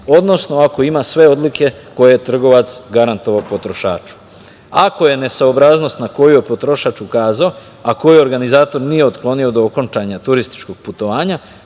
odnosno ako ima sve odlike koje je trgovac garantovao potrošaču. Ako je nesaobraznost na koju je potrošač ukazao, a koju organizator nije otklonio do okončanja turističkog putovanja